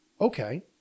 Okay